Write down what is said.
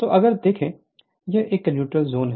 तो अगर देखो यह एक न्यूट्रल जोन है